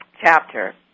chapter